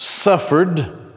Suffered